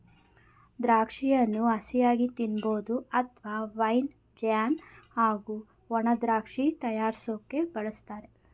ದ್ರಾಕ್ಷಿಯನ್ನು ಹಸಿಯಾಗಿ ತಿನ್ಬೋದು ಅತ್ವ ವೈನ್ ಜ್ಯಾಮ್ ಹಾಗೂ ಒಣದ್ರಾಕ್ಷಿ ತಯಾರ್ರ್ಸೋಕೆ ಬಳುಸ್ತಾರೆ